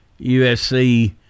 USC